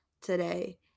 today